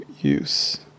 use